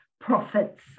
profits